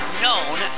known